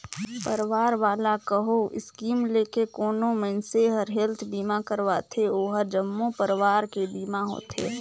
परवार वाला कहो स्कीम लेके कोनो मइनसे हर हेल्थ बीमा करवाथें ओ हर जम्मो परवार के बीमा होथे